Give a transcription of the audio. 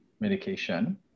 medication